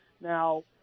Now